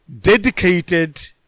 dedicated